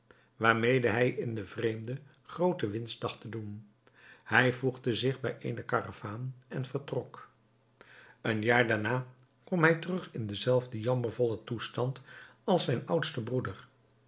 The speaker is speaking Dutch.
waarmede hij in den vreemde groote winst dacht te doen hij voegde zich bij eene karavaan en vertrok een jaar daarna kwam hij terug in denzelfden jammervollen toestand als zijn oudste broeder